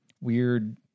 weird